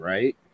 Right